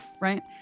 right